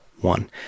one